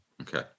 okay